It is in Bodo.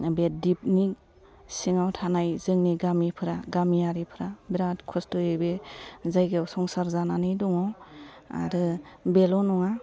बे डिबनि सिङाव थानाय जोंनि गामिफ्रा गामियारिफ्रा बेराद खस्थयै बे जायगायाव संसार जानानै दङ आरो बेल' नङा